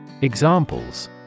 Examples